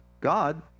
God